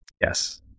yes